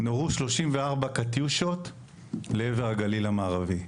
נורו 34 קטיושות לעבר הגליל המערבי.